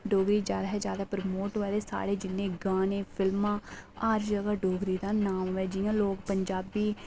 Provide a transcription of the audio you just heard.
डोगरी जादा शा जादा प्रमोट होऐ ते साढ़े जिन्ने गाने फिल्मां हर जगह् डोगरी दा नांऽ होऐ